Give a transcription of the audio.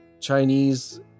Chinese